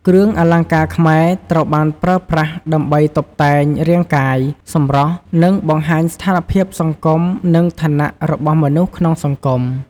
គ្រឿងអលង្ការខ្មែរត្រូវបានប្រើប្រាស់ដើម្បីតុបតែងរាងកាយ សម្រស់ និងបង្ហាញស្ថានភាពសង្គម និងឋានៈរបស់មនុស្សក្នុងសង្គម។